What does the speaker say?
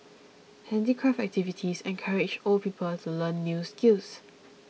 handicraft activities encourage old people to learn new skills